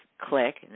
click